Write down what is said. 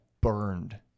burned